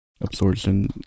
Absorption